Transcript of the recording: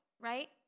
right